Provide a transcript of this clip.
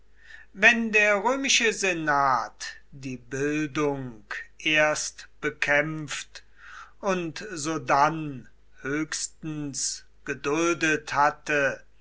wenn der römische senat die bildung erst bekämpft und sodann höchstens geduldet hatte